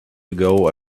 ago